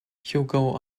hugo